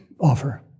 offer